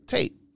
Tape